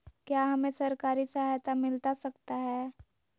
क्या हमे सरकारी सहायता मिलता सकता है?